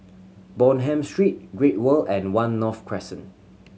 Bonham Street Great World and One North Crescent